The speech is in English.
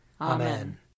Amen